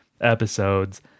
episodes